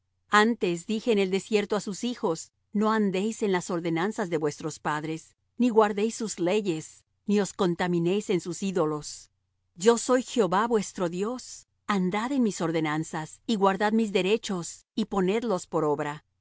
antes dije en el desierto á sus hijos no andéis en las ordenanzas de vuestros padres ni guardéis sus leyes ni os contaminéis en sus ídolos yo soy jehová vuestro dios andad en mis ordenanzas y guardad mis derechos y ponedlos por obra